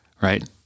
Right